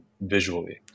visually